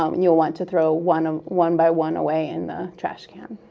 um and you'll want to throw one um one by one away in the trash can.